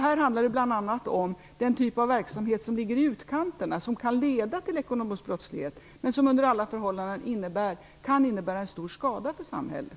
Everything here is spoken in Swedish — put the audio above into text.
Här handlar det bl.a. om den typ av verksamhet som ligger i utkanterna och som kan leda till ekonomisk brottslighet, men som under alla förhållanden kan innebära stor skada för samhället.